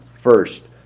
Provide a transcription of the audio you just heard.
first